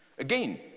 Again